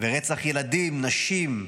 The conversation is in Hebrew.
ורצח ילדים, נשים,